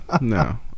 No